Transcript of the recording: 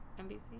NBC